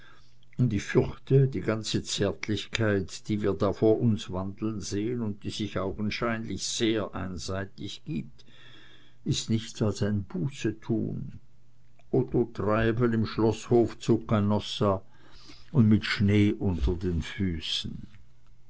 und ich fürchte die ganze zärtlichkeit die wir da vor uns wandeln sehen und die sich augenscheinlich sehr einseitig gibt ist nichts als ein bußetun otto treibel im schloßhof zu canossa und mit schnee unter den füßen